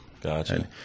Gotcha